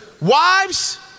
Wives